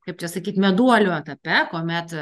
kaip čia sakyti meduolių etape kuomet